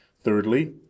Thirdly